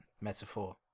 metaphor